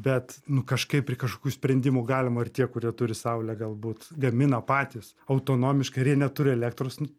bet nu kažkaip ir kažkokių sprendimų galima ir tie kurie turi saulę galbūt gamina patys autonomiškai ir jie neturi elektros nu